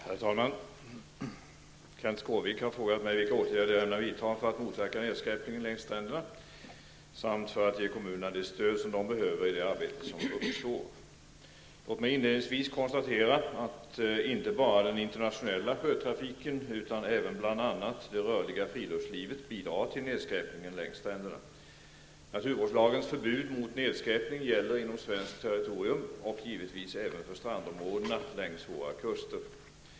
Herr talman! Kenth Skårvik har frågat mig vilka åtgärder jag ämnar vidta för att motverka nedskräpningen längs stränderna samt för att ge kommunerna det stöd som de behöver i det arbete som uppstår. Låt mig inledningsvis konstatera att inte bara den internationella sjötrafiken utan även bl.a. det rörliga friluftslivet bidrar till nedskräpningen längs stränderna. Naturvårdslagens förbud mot nedskräpning gäller inom svenskt territorium och givetvis även för strandområdena längs våra kuster.